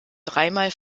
dreimal